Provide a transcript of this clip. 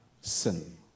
sin